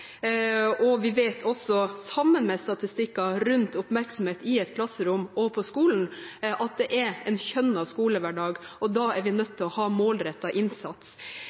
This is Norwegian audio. på. Vi vet også, sammen med statistikker rundt oppmerksomhet i klasserom og på skolen, at det er en kjønnet skolehverdag. Da er vi nødt til å ha målrettet innsats.